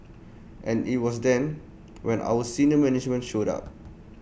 and IT was then when our senior management showed up